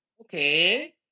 Okay